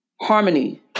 harmony